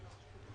גבוהים.